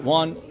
one